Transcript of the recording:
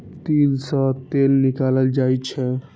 तिल सं तेल निकालल जाइ छै